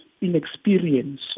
inexperience